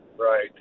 Right